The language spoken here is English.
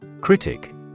Critic